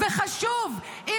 -- מסמך קריטי וחשוב.